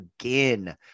again